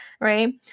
right